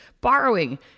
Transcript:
borrowing